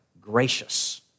gracious